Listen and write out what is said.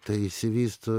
tai išsivysto